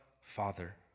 Father